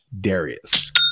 Darius